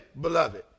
beloved